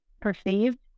perceived